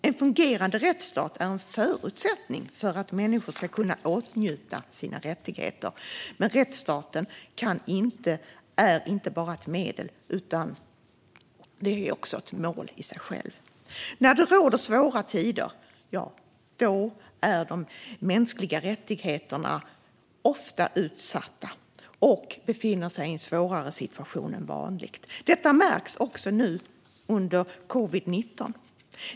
En fungerande rättsstat är en förutsättning för att människor ska kunna åtnjuta sina rättigheter. Men rättsstaten är inte bara ett medel utan också ett mål i sig själv. När det råder svåra tider är de mänskliga rättigheterna ofta utsatta och befinner sig i en svårare situation än vanligt. Detta märks också nu i samband med covid-19.